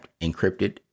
encrypted